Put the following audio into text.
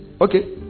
Okay